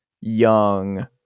young